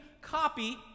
copy